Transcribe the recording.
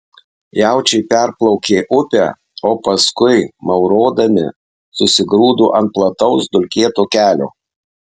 jaučiai perplaukė upę o paskui maurodami susigrūdo ant plataus dulkėto kelio